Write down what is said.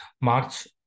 March